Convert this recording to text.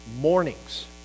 Mornings